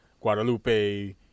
Guadalupe